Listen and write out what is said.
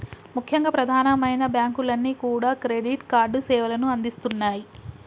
ముఖ్యంగా ప్రధానమైన బ్యాంకులన్నీ కూడా క్రెడిట్ కార్డు సేవలను అందిస్తున్నాయి